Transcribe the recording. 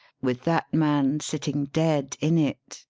with that man sitting dead in it,